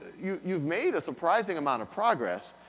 you've you've made a surprising amount of progress,